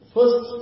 First